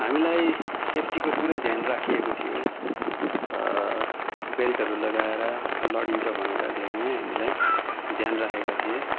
हामीलाई सेफ्टीको पुरै ध्यान राखिएको थियो बेल्टहरू लगाएर लडिन्छ भनेर धेरै नै हामीलाई ध्यान राखेका थिए